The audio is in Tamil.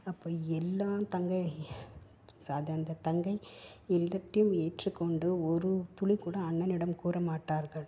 அப்போ எல்லா தங்கை அதைஅந்த தங்கை எல்லாத்தையும் ஏற்றுக்கொண்டு ஒரு துளி கூட அண்ணனிடம் கூற மாட்டார்கள்